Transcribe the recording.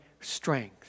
strength